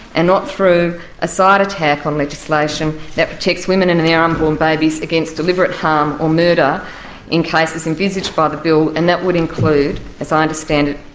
and not through a side attack on legislation that protects women and their unborn babies against deliberate harm or murder in cases envisaged by the bill, and that would include, as i understand it,